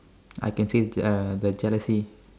I can see uh the jealousy